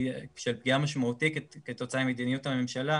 פגיעה משמעותית כתוצאה ממדיניות הממשלה